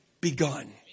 begun